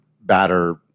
batter